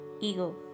Ego